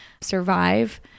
survive